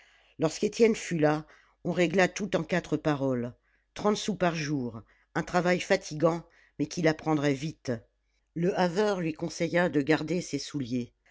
lorsque étienne fut là on régla tout en quatre paroles trente sous par jour un travail fatigant mais qu'il apprendrait vite le haveur lui conseilla de garder ses souliers